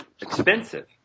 expensive